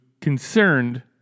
concerned